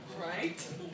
Right